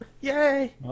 Yay